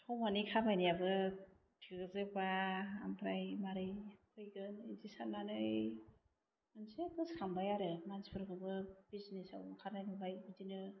हौवानि खामायनायाबो थोजोबा आमफ्राइ मारै फैगोन बिदि सान्नानै मोनसे गोसोखांबाय आरो मानसिफोरखौबो बिजनेस आव ओंखारनाय नुबाय बिदिनो